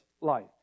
life